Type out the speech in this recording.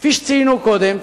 כפי שציינו קודם,